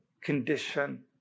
condition